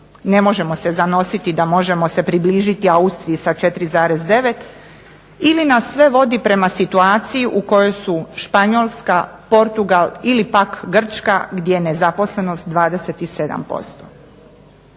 Ne možemo se zanositi da možemo se približiti Austriji sa 4,9 ili nas sve vodi prema situaciji u kojoj su Španjolska, Portugal ili pak Grčka gdje je nezaposlenost 27%.